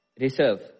reserve